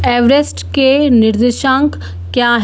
Everest के निर्देशांक क्या हैं